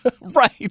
Right